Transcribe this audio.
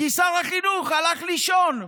כי שר החינוך הלך לישון,